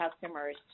customers